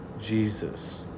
Jesus